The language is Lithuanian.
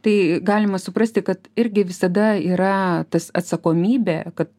tai galima suprasti kad irgi visada yra tas atsakomybė kad